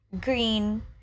green